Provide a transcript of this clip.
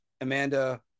Amanda